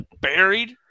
buried